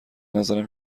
نظرم